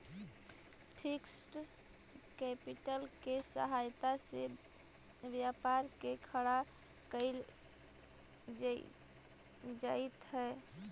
fixed capital के सहायता से व्यापार के खड़ा कईल जइत हई